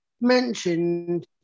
mentioned